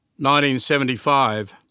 1975